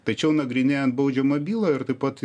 tačiau nagrinėjant baudžiamą bylą ir taip pat